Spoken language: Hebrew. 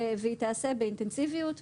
והיא תיעשה באינטנסיביות.